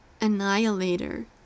Annihilator